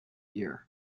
year